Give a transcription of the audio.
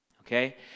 Okay